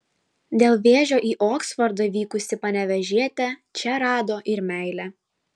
dėl vėžio į oksfordą vykusi panevėžietė čia rado ir meilę